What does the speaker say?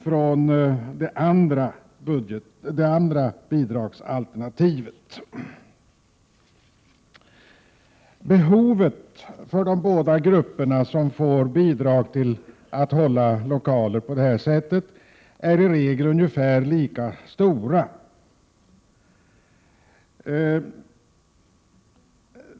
från det andra bidragsalternativet. Behoven hos de båda grupperna som får bidrag till lokalhållning på detta sätt är i regel ungefär lika stora.